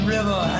River